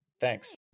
thanks